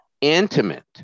intimate